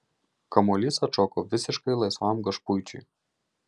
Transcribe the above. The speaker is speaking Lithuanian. kamuolys atšoko visiškai laisvam gašpuičiui